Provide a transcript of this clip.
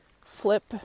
flip